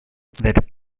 that